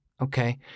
Okay